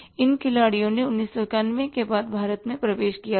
इन खिलाड़ियों ने 1991 के बाद भारत में प्रवेश किया था